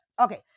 Okay